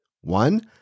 One